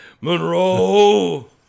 Monroe